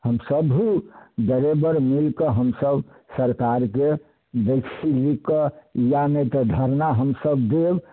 हमसब भी डरेबर मिलकऽ हमसब सरकारके दै छी लिखिकऽ या नहि तऽ धरना हमसब देब